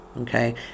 okay